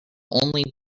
only